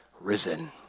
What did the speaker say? risen